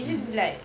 mm